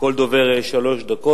לכל דובר שלוש דקות.